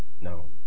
No